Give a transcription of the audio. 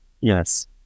yes